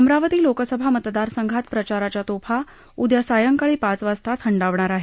अमरावती लोकसभा मतदारसध्वत प्रचाराच्या तोफा उद्या सायक्विळी पाच वाजता थक्विणार आहेत